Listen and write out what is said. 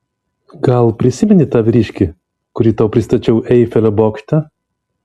gal prisimeni tą vyriškį kurį tau pristačiau eifelio bokšte